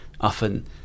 often